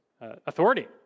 authority